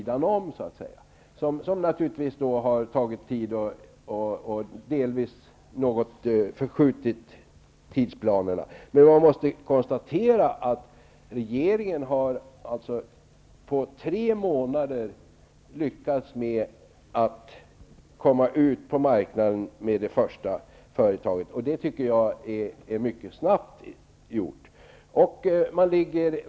De har naturligtvis tagit tid och delvis något förskjutit tidsplanerna. Man måste konstatera att regeringen på tre månader har lyckats komma ut med det första företaget på marknaden. Det tycker jag är mycket snabbt gjort.